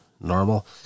normal